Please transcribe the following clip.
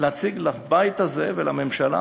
להציג לבית הזה ולממשלה